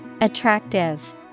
Attractive